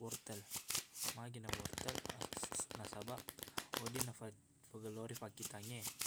wortel magina wortel nasabaq weddinna fag- fagellori pakkitangnge